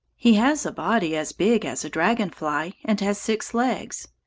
he has a body as big as a dragon-fly and has six legs.